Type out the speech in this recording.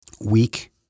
weak